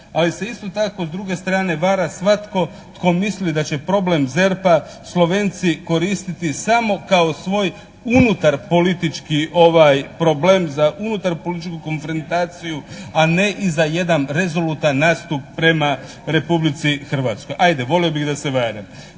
ali se isto tako s druge strane vara svatko tko misli da će problem ZERP-a Slovenci koristiti samo kao svoj unutar politički problem za unutar političku konfrontaciju a ne i za jedan rezolutan nastup prema Republici Hrvatskoj. 'ajde, volio bi da se varam.